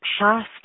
past